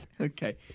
Okay